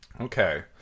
Okay